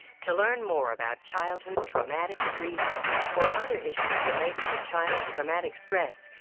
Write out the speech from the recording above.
to learn more about childhood traumatic grief or other issues related to child traumatic stress,